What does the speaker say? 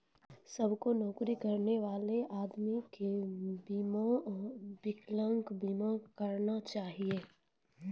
सभ्भे नौकरी करै बला आदमी के बिकलांगता बीमा करना चाहियो